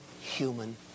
human